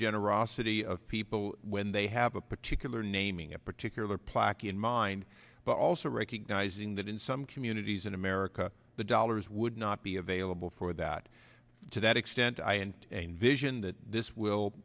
generosity of people when they have a particular naming a particular plaque in mind but also recognizing that in some communities in america the dollars would not be available for that to that extent i and a vision that this will